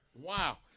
wow